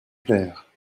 plaire